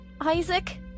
Isaac